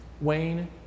Wayne